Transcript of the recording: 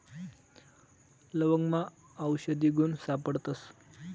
लवंगमा आवषधी गुण सापडतस